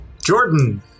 Jordan